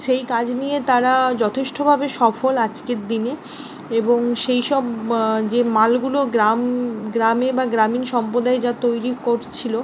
সেই কাজ নিয়ে তারা যথেষ্টভাবে সফল আজকের দিনে এবং সেই সব যে মালগুলো গ্রাম গ্রামে বা গ্রামীণ সম্প্রদায়ে যা তৈরি করছিল